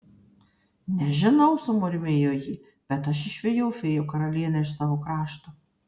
nežinau sumurmėjo ji bet aš išvijau fėjų karalienę iš savo krašto